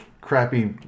crappy